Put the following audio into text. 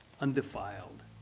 undefiled